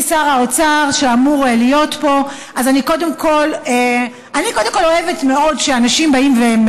שאמור להיות פה: אני קודם כול אוהבת מאוד שאנשים אומרים,